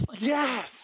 Yes